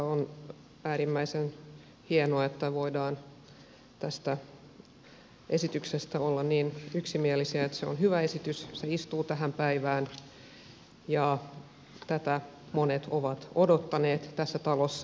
on äärimmäisen hienoa että voidaan tästä esityksestä olla niin yksimielisiä että se on hyvä esitys se istuu tähän päivään ja tätä monet ovat odottaneet tässä talossa